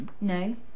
No